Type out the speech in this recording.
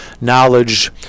knowledge